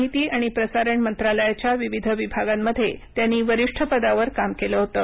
माहिती आणि प्रसारण मंत्रालयाच्या विविध विभागांमध्ये त्यांनी वरिष्ठ पदावर काम केलं होतं